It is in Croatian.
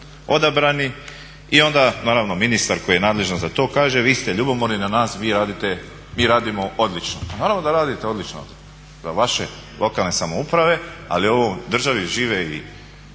odabrani i onda naravno ministar koji je nadležan za to kaže vi ste ljubomorni na nas, mi radimo odlično. Naravno da radite odlično za vaše lokalne samouprave, ali ovo u državi žive i